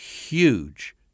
huge